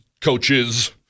coaches